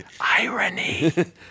irony